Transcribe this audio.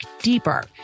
deeper